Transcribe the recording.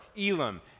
Elam